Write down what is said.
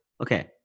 Okay